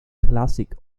classic